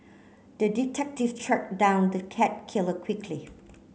the detective tracked down the cat killer quickly